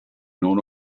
non